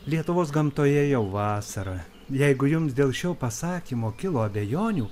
lietuvos gamtoje jau vasarą jeigu jums dėl šio pasakymo kilo abejonių